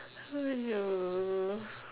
no